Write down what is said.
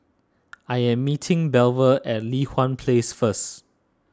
I am meeting Belva at Li Hwan Place first